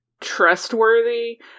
trustworthy